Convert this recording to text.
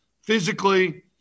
physically